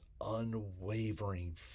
unwavering